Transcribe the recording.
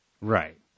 Right